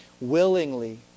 Willingly